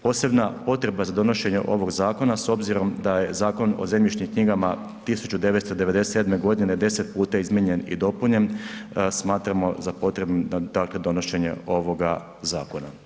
Posebna potreba za donošenje ovog zakona, s obzirom da je Zakon o zemljišnim knjigama 1997. g. 10 puta izmijenjen i dopunjen, smatramo za potrebnim dakle, donošenje ovoga zakona.